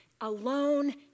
alone